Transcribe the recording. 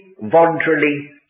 voluntarily